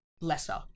lesser